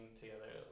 together